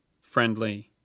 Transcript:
friendly